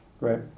right